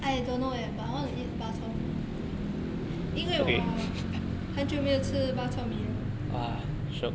I don't know leh but I want to eat bak chor mee 因为我很久没有吃 bak chor mee 了